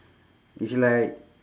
it's like